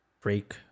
Break